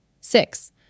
Six